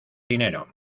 dinero